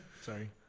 Sorry